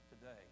today